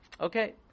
Okay